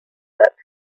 that